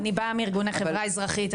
אני באה מארגון חברה אזרחית,